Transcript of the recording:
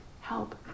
help